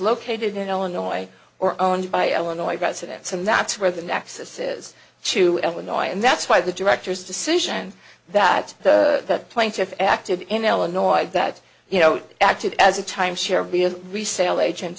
located in illinois or owned by illinois residents and that's where the nexus is to illinois and that's why the directors decision that the plaintiffs acted in illinois that you know acted as a timeshare be a resale agent